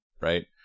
right